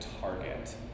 target